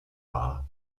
wahr